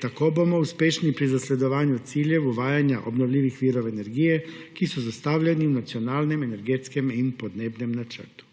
tako bomo uspešni pri zasledovanju ciljev uvajanja obnovljivih virov energije, ki so zastavljeni v Nacionalnem energetskem in podnebnem načrtu.